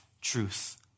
truth